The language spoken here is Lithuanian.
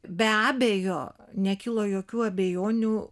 be abejo nekilo jokių abejonių